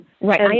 Right